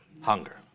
hunger